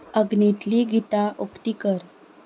अग्नीतलीं गितां उक्तीं कर